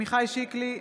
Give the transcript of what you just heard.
עמיחי שיקלי,